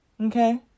Okay